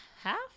half